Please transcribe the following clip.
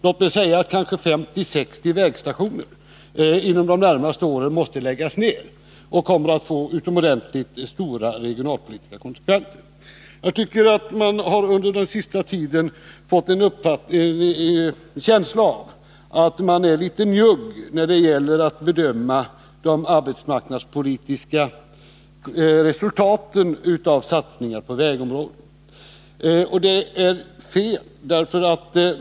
Låt mig säga att kanske 50-60 vägstationer måste läggas ner inom de närmaste åren, vilket kommer att få utomordentligt stora regionalpolitiska konsekvenser. Under den senaste tiden har jag fått en känsla av att man är litet njugg när det gäller att bedöma de arbetsmarknadspolitiska resultaten av satsningar på vägområdet.